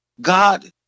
god